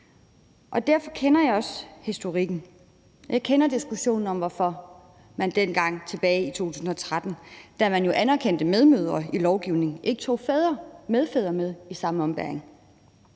og derfor kender jeg også historikken. Jeg kender diskussionen om, hvorfor man dengang tilbage i 2013, da man jo anerkendte medmødre i lovgivningen, ikke tog medfædre med i samme ombæring.